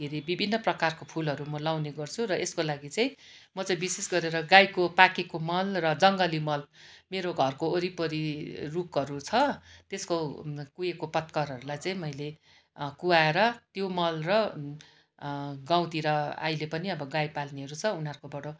के अरे विभिन्न प्रकारको फुलहरू म लाउने गर्छु र यस्को लागि चाहिँ म चाहिँ विशेष गरेर गाईको पाकेको मल र जङ्गली मल मेरो घरको वरिपरि रूखहरू छ त्यस्को कुहिएको पतकरहरूलाई चाहिँ मैले कुहाएर त्यो मल र गाउँतिर अहिले पनि अब गाई पाल्नेहरू छ उनीहरूकोबाट